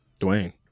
Dwayne